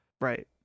Right